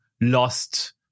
lost